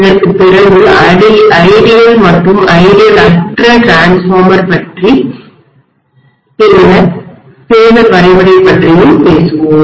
இதற்குப் பிறகு ஐடியல் மற்றும் ஐடியல் அற்ற மின்மாற்றி டிரான்ஸ்ஃபார்மர் மற்றும் பின்னர் பேஸர் வரைபடம் பற்றி பேசுவோம்